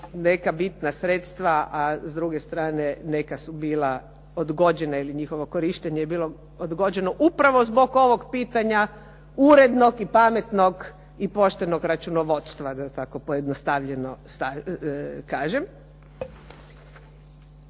neka bitna sredstva a s druge strane neka su bila odgođena, ili njihovo korištenje je bilo odgođeno upravo zbog ovog pitanja urednog i pametnog i poštenog računovodstva, da tako pojednostavljeno kažem.